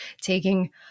taking